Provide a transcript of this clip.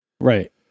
right